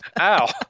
ow